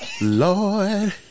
Lord